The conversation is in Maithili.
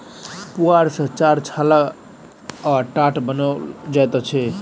पुआर सॅ चार छाड़ल आ टाट बनाओल जाइत अछि